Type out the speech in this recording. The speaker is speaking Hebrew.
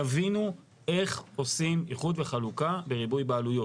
יבינו איך עושים איחוד וחלוקה בריבוי בעלויות.